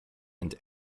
and